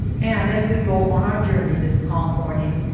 and as we go on our journey this calm morning,